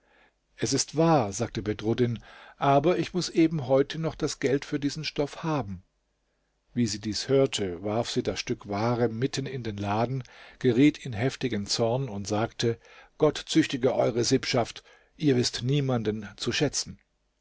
es ist wahr sagte bedruddin aber ich muß eben heute noch das geld für diesen stoff haben wie sie dies hörte warf sie das stück ware mitten in den laden geriet in heftigen zorn und sagte gott züchtige eure sippschaft ihr wißt niemanden zu schätzen